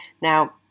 now